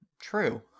true